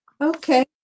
Okay